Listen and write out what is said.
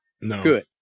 Good